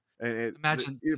Imagine